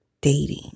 dating